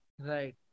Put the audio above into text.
Right